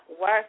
Work